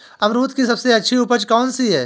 अमरूद की सबसे अच्छी उपज कौन सी है?